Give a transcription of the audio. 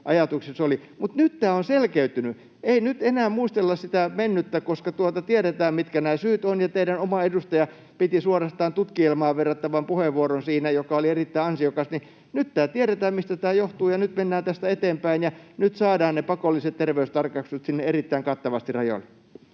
Mutta nyt tämä on selkeytynyt — ei nyt enää muistella sitä mennyttä, koska tiedetään, mitkä nämä syyt ovat, ja teidän oma edustajanne piti siitä suorastaan tutkielmaan verrattavan puheenvuoron, joka oli erittäin ansiokas. Nyt tiedetään, mistä tämä johtuu, ja nyt mennään tästä eteenpäin, ja nyt saadaan ne pakolliset terveystarkastukset erittäin kattavasti sinne rajoille.